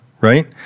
right